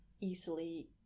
easily